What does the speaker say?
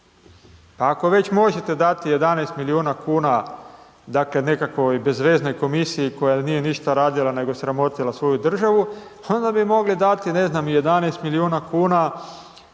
Ako već možete dati 11 milijuna kuna, dakle, nekakvoj bezveznoj komisiji koja nije ništa radila nego sramotila svoju državu, onda bi mogli dati, ne znam, 11 milijuna kuna